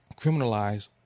criminalize